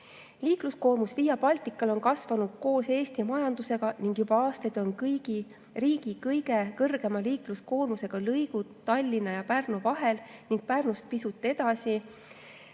ohutust. Liikluskoormus Via Baltical on kasvanud koos Eesti majandusega ning juba aastaid on riigi kõige kõrgema liikluskoormusega lõigud Tallinna ja Pärnu vahel ning Pärnust pisut edasi,